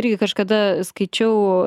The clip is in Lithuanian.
irgi kažkada skaičiau